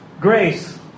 Grace